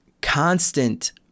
constant